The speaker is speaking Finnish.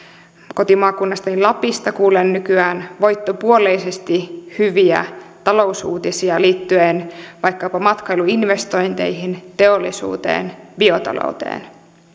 kotimaakunnastani lapista kuulen nykyään voittopuolisesti hyviä talousuutisia liittyen vaikkapa matkailuinvestointeihin teollisuuteen biotalouteen